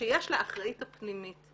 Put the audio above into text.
שיש לאחראית הפנימית.